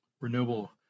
renewable